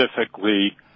specifically